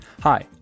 Hi